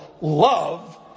love